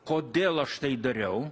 kodėl aš tai dariau